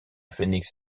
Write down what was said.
phoenix